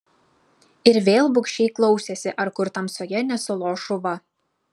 ir vėl bugščiai klausėsi ar kur tamsoje nesulos šuva